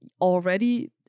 already